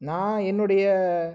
நான் என்னுடைய